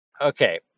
Okay